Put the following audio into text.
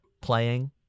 playing